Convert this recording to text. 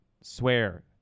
swear